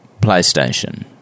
PlayStation